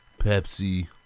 Pepsi